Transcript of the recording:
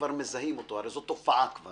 זה מה שצריך להיות, שבעצם חברות האשראי